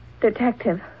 Detective